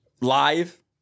Live